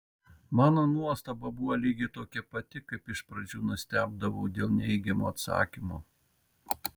mano nuostaba buvo lygiai tokia pati kaip iš pradžių nustebdavau dėl neigiamo atsakymo